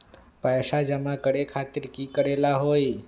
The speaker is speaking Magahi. पैसा जमा करे खातीर की करेला होई?